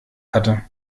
hatte